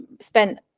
spent